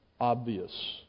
obvious